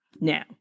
Now